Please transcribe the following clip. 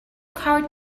card